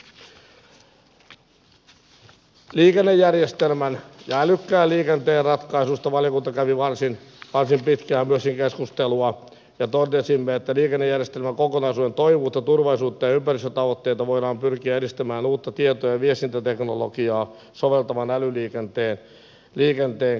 myöskin liikennejärjestelmän ja älykkään liikenteen ratkaisuista valiokunta kävi varsin pitkään keskustelua ja totesimme että liikennejärjestelmäkokonaisuuden toimivuutta turvallisuutta ja ympäristötavoitteita voidaan pyrkiä edistämään uutta tieto ja viestintäteknologiaa soveltavan älyliikenteen keinoin